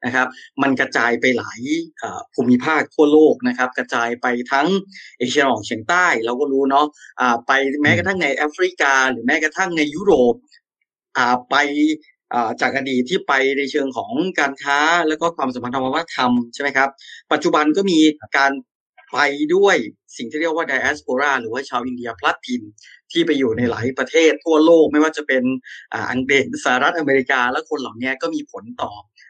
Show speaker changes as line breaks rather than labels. นะครับ มันกระจายไปหลาย เอ่อ ภูมิภาคทั่วโลกนะครับ กระจายไปทั้งเอเชียตะวันออกเฉียงใต้ เราก็รู้เนอะ อ่า ไปแม้กระทั่งในแอฟริกา หรือแม้กระทั่งในยุโรป อ่า ไป เอ่อ จากอดีตที่ไปในเชิงของการค้า แล้วก็ความสัมพันธ์ทางวัฒนธรรม ใช่ไหมครับ? ปัจจุบันก็มีการไปด้วยสิ่งที่เรียกว่า diaspora หรือว่าชาวอินเดียพลัดถิ่นที่ไปอยู่ในหลายประเทศทั่วโลก ไม่ว่าจะเป็น อ่า อังกฤษ สหรัฐอเมริกา และคนเหล่านี้ก็มีผลต่อ